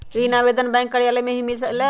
ऋण आवेदन बैंक कार्यालय मे ही मिलेला?